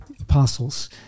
apostles